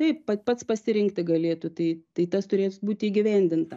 taip pat pats pasirinkti galėtų tai tai tas turės būti įgyvendinta